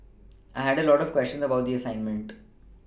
I had a lot of questions about the assignment